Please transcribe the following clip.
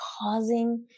causing